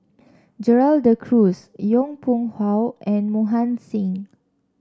Gerald De Cruz Yong Pung How and Mohan Singh